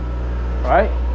right